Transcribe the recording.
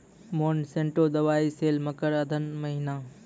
Monsanto दवाई sale मकर अघन महीना,